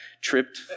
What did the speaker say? tripped